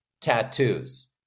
tattoos